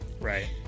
Right